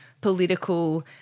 political